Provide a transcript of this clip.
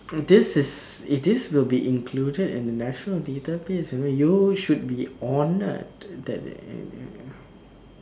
this is this will be included in the national database you know you should be honoured that